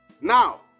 Now